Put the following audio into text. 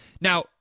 Now